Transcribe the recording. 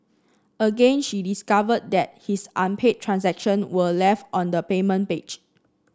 again she discovered that his unpaid transaction were left on the payment page